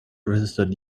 registered